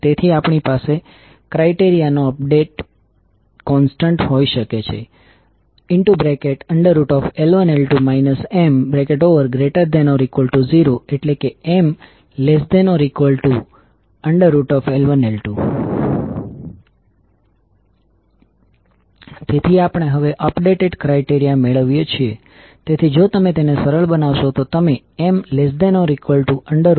તેથી આપણી પાસે ક્રાઇટેરીઆ નો અપડેટેડ કોન્સ્ટન્ટ હોઈ શકે છે L1L2 M≥0⇒M≤L1L2 તેથી આપણે હવે અપડેટેડ ક્રાઇટેરીઆ મેળવીએ છીએ તેથી જો તમે તેને સરળ બનાવશો તો તમે M≤L1L2 મેળવશો